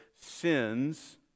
sins